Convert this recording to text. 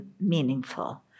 meaningful